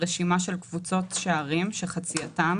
רשימה של קבוצות שערים שחצייתם,